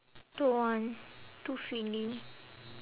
don't want too filling